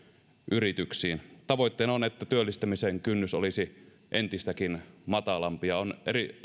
yrityksiin tavoitteena on että työllistämisen kynnys olisi entistäkin matalampi ja on